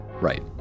Right